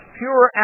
pure